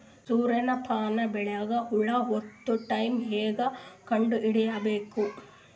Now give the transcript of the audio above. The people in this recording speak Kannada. ಸೂರ್ಯ ಪಾನ ಬೆಳಿಗ ಹುಳ ಹತ್ತೊ ಟೈಮ ಹೇಂಗ ಕಂಡ ಹಿಡಿಯಬೇಕು?